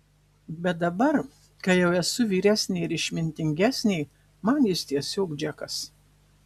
bet dabar kai jau esu vyresnė ir išmintingesnė man jis tiesiog džekas